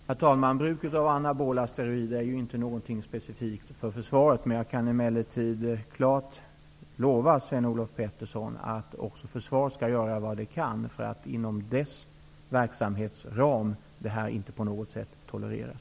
Herr talman! Bruket av anabola steroider är inte något specifikt för försvaret. Jag kan emellertid klart lova Sven-Olof Petersson att också försvaret skall göra vad det kan för att visa att inom dess verksamhetsram detta missbruk inte på något sätt tolereras.